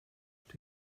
rydw